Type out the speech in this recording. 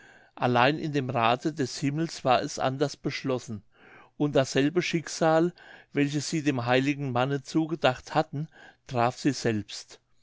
allein in dem rathe des himmels war es anders beschlossen und dasselbe schicksal welches sie dem heiligen manne zugedacht hatten traf sie selbst